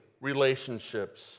relationships